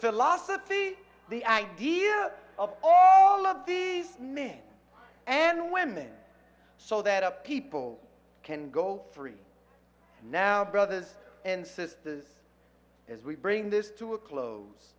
philosophy the idea of all of this men and women so that a people can go free now brothers and sisters as we bring this to a close